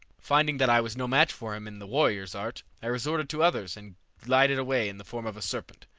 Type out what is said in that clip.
finding that i was no match for him in the warrior's art, i resorted to others and glided away in the form of a serpent.